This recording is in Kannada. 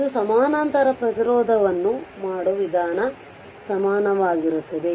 ಇದು ಸಮಾನಾಂತರ ಪ್ರತಿರೋಧಕವನ್ನು ಮಾಡುವ ವಿಧಾನಕ್ಕೆ ಸಮನಾಗಿರುತ್ತದೆ